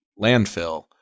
landfill